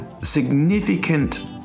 significant